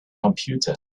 computer